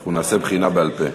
אנחנו נעשה בחינה בעל-פה,